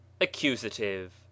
accusative